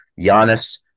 Giannis